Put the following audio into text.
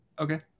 Okay